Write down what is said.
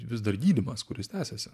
vis dar gydymas kuris tęsiasi